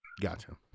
Gotcha